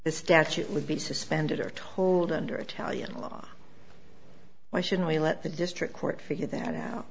the statute would be suspended or told under italian law why shouldn't we let the district court figure that out